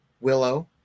Willow